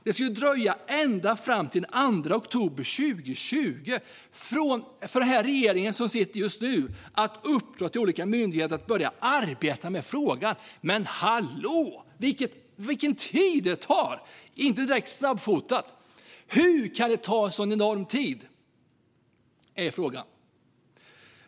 Det skulle dröja ända fram till den 2 oktober 2020, herr talman, innan den regering som sitter just nu uppdrog till olika myndigheter att börja arbeta med frågan. Men hallå, vilken tid det tar! Det är inte direkt snabbfotat. Hur kan det ta så enormt lång tid? Det är frågan.